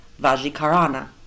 Vajikarana